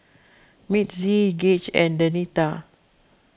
Mitzi Gaige and Denita